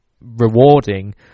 rewarding